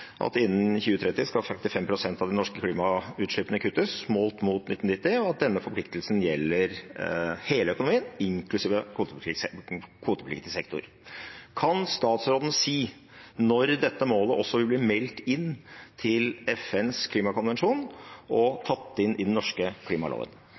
2030 skal 55 prosent av de norske klimagassutslippene kuttes, målt mot 1990. Denne forpliktelsen gjelder hele økonomien, inklusive kvotepliktig sektor.» Kan statsråden si når dette målet vil bli meldt inn til FNs klimakonvensjon og